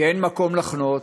כי אין מקום להחנות,